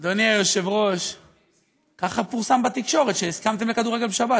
ככה פורסם בתקשורת, שהסכמתם לכדורגל בשבת.